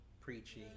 preaching